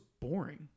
boring